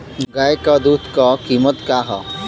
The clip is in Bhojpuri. गाय क दूध क कीमत का हैं?